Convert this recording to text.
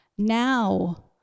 Now